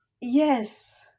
Yes